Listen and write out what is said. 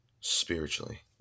Spiritually